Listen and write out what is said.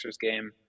game